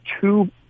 two